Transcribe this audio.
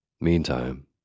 Meantime